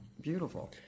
beautiful